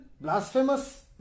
Blasphemous